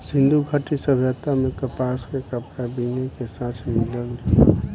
सिंधु घाटी सभ्यता में कपास के कपड़ा बीने के साक्ष्य मिलल बा